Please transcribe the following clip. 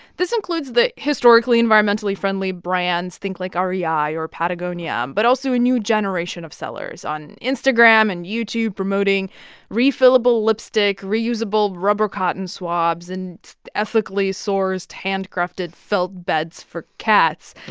this includes the historically environmentally friendly brands think, like, ah rei or patagonia but also a new generation of sellers on instagram and youtube promoting refillable lipstick, reusable rubber cotton swabs and ethically sourced handcrafted felt beds for cats.